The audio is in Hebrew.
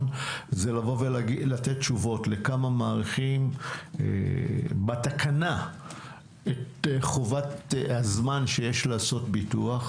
זה לתת תשןבות לכמה מעריכים בתקנה את חובת הזמן שיש לעשות ביטוח